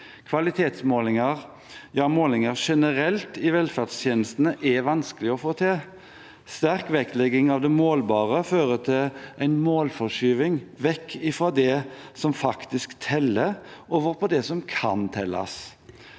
ja målinger generelt i velferdstjenestene, er vanskelig å få til. En sterk vektlegging av det målbare fører til en målforskyvning – vekk fra det som faktisk teller, over på det som kan telles.